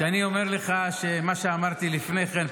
כשאני אומר לך מה שאמרתי לפני כן,